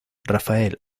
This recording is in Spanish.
rafael